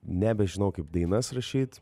nebežinau kaip dainas rašyt